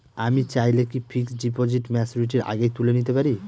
আমি চাইলে কি ফিক্সড ডিপোজিট ম্যাচুরিটির আগেই তুলে নিতে পারি?